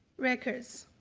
records?